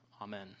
Amen